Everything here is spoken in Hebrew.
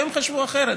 והם חשבו אחרת.